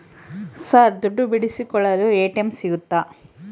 Sir ದುಡ್ಡು ಬಿಡಿಸಿಕೊಳ್ಳಲು ATM ಸಿಗುತ್ತಾ?